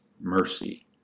mercy